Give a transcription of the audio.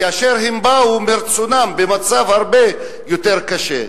כאשר הם באו מרצונם במצב הרבה יותר קשה.